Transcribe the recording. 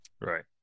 Right